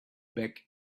back